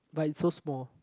but it's so small